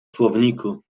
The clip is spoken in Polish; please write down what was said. słowniku